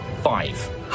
Five